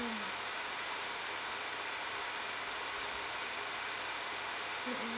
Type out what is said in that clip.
mmhmm